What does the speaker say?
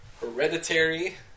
Hereditary